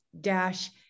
Dash